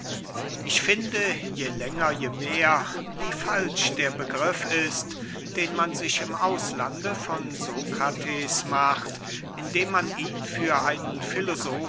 ich finde je länger je mehr wie falsch der begriff ist den man sich im auslande von sokrates macht indem man ihn für einen